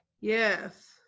Yes